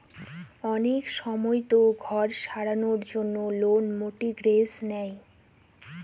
অনেক সময়তো ঘর সারানোর জন্য লোক মর্টগেজ নেয়